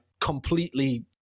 completely